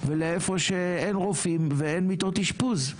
ולמקום שאין רופאים ואין מיטות אשפוז.